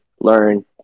learn